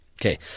Okay